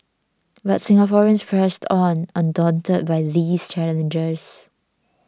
but Singaporeans pressed on undaunted by these challenges